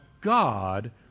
God